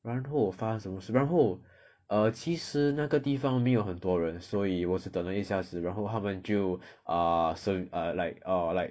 然后发什么事然后 err 其实那个地方没有很多人所以我是等了一下子然后他们就 err ser~ err like err like